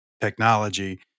technology